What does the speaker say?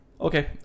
okay